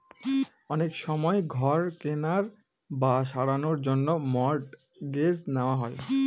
অনেক সময় ঘর কেনার বা সারানোর জন্য মর্টগেজ নেওয়া হয়